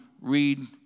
read